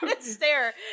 Stare